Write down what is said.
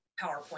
PowerPoint